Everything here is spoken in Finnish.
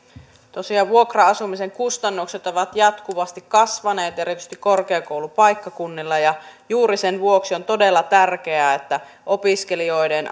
tosiaan vuokra asumisen kustannukset ovat jatkuvasti kasvaneet erityisesti korkeakoulupaikkakunnilla ja juuri sen vuoksi on todella tärkeää että opiskelijoiden